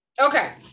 okay